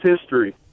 history